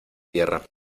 tierra